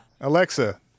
Alexa